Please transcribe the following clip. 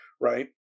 right